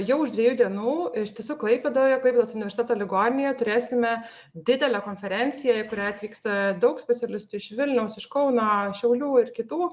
jau už dviejų dienų iš tiesų klaipėdoje klaipėdos universiteto ligoninėje turėsime didelę konferenciją į kurią atvyksta daug specialistų iš vilniaus iš kauno šiaulių ir kitų